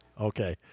Okay